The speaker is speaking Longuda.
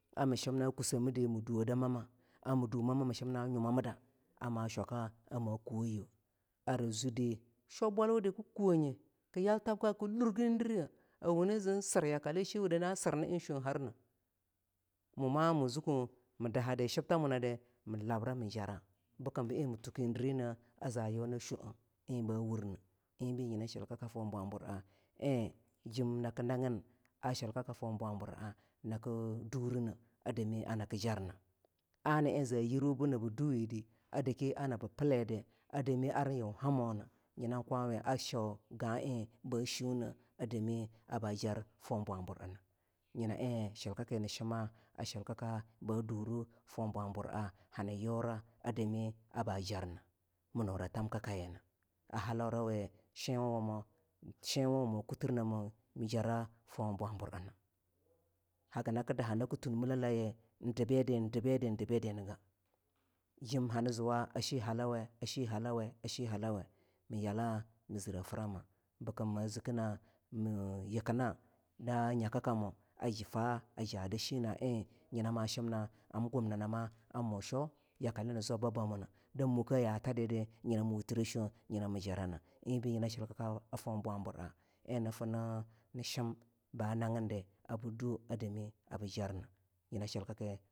ar mii shimna kusse mii dii mii duwo da mamma ar mii duh mamma mii shimna nyumamidda ar ma shwaka ama kuwo yowoh ara zuddi shobbwawu dii kii kuwoyuwoh kii yal tabkan kii lurgindiruyeh a wundi zim sir na en sheaw harnaa muma mu zukkwa mii da hadi shibta wunadi mii labro mii jarah bikimbu en mii thukindireni a za yuna sheau enba wurneh enbi nyina en jem naki nagin a shilkaka fohbwabura en jem naki nagin a shilkaka foh bwabura nakie durineh a dami nakie jarna ana en zaa yirwu bii nab du wedi a dake anab pilli dii a dami ar yun hammoh nyinan kwaweh a shaw gah en bashueneh a dami a ba jar foh bwabur ena nyina en nii shima a shilkaka ba duruh foh bwabura hani yura a dami ar ba jarnah mii nura thamkakayinah a halaurawe shinwawomoh shinwawomoh kutir naa mijira for bwabur ena hagi naki dah naki tunmilalaye en debidi en debidi endebidi gah jem hani zuwa a shi halawe a shi halawa a shi halawe mii yala mii zire frama bikim ma zikina mii yikina da shinah en nyina mii shimna am gumniname mu sheau yakale nii zwabbabamona da mukkeh yaa tadda nyina mu wutire shei nyina mii jarana enbe nyina shilka a fohbiwabura en nii fii nii shim ba nagindi abu doh a dami bii jarnah